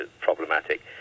problematic